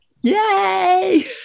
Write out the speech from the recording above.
Yay